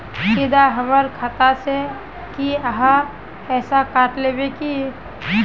सीधा हमर खाता से ही आहाँ पैसा काट लेबे की?